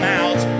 out